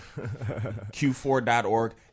Q4.org